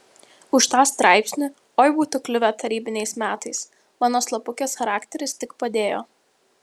už tą straipsnį oi būtų kliuvę tarybiniais metais mano slapukės charakteris tik padėjo